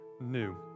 new